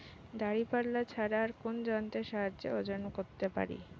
দাঁড়িপাল্লা ছাড়া আর কোন যন্ত্রের সাহায্যে ওজন করতে পারি?